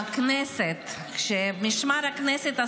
בקריאה שלישית, אתה לא שמת לב.